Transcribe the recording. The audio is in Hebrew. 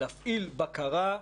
להפעיל בקרה,